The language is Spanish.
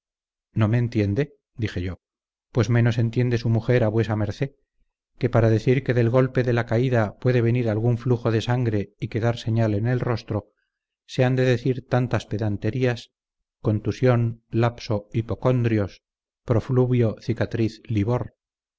no me entiende dije yo pues menos entiende su mujer a vuesa mercé que para decir que del golpe de la caída puede venir algún flujo de sangre y quedar señal en el rostro se han de decir tantas pedanterías contusión lapso hipocóndrios profluvio cicatriz livor